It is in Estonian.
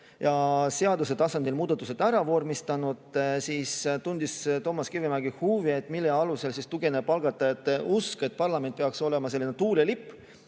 ja seaduse tasandil muudatused ära vormistanud. Toomas Kivimägi tundis huvi, mille alusel on tugevnenud algatajate usk, et parlament peaks olema selline tuulelipp,